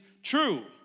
True